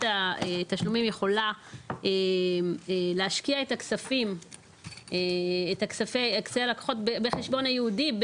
התשלומים יכולה להשקיע את כספי הלקוחות בחשבון ייעודי,